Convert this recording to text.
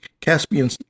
Caspian